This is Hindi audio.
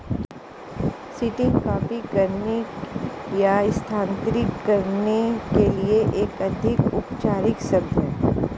सीडिंग कॉपी करने या स्थानांतरित करने के लिए एक अधिक औपचारिक शब्द है